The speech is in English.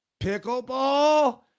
pickleball